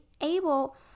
able